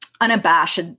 unabashed